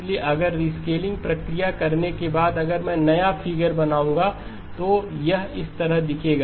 इसलिए अगर रीस्केलिंग प्रक्रिया करने के बाद अगर मैं नया फिगर बनाऊंगा तो यह इस तरह दिखेगा